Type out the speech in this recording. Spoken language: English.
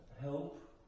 help